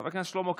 חבר הכנסת אורי